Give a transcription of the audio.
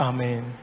Amen